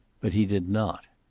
but he did not.